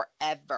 forever